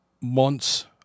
months